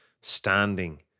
standing